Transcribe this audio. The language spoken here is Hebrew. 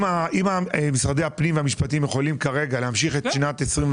אם משרד הפנים ומשרד המשפטים יכולים כרגע להמשיך את שנת 2021,